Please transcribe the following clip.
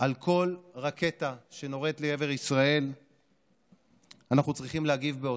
על כל רקטה שנורית לעבר ישראל אנחנו צריכים להגיב בעוצמה.